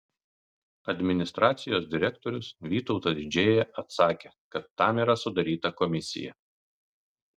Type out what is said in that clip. administracijos direktorius vytautas džėja atsakė kad tam yra sudaryta komisija